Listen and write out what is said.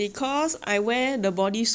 because I wear the body suit